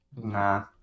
Nah